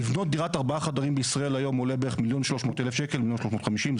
לבנות דירת ארבעה חדרים בישראל היום עולה בערך 1.3-1.35 מיליון שקלים,